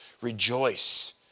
Rejoice